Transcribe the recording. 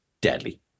deadly